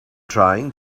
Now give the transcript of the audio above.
trying